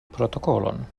protokolon